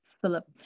Philip